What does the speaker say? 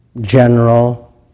general